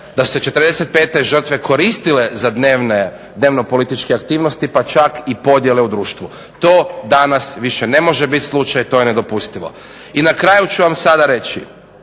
da se '45. i žrtve koristile za dnevne dnevno-političke aktivnosti pa čak i podjele u društvu. To danas više ne može biti slučaj, to je nedopustivo. I na kraju ću vam sada reći,